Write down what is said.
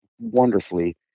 wonderfully